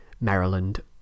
Maryland